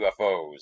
UFOs